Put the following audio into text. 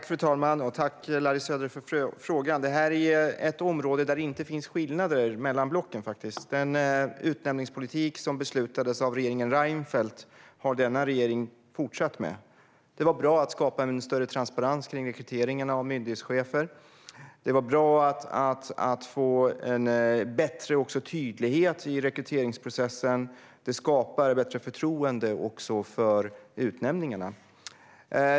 Fru talman! Tack, Larry Söder, för frågan! Detta är ett område där det faktiskt inte finns skillnader mellan blocken. Den utnämningspolitik som beslutades av regeringen Reinfeldt har denna regering fortsatt med. Det var bra att skapa en större transparens kring rekryteringen av myndighetschefer. Det var också bra att få en bättre tydlighet i rekryteringsprocessen. Det skapar bättre förtroende för utnämningarna.